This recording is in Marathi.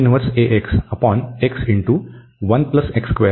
तर हे आहे